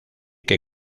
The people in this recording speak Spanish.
que